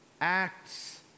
acts